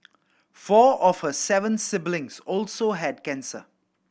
four of her seven siblings also had cancer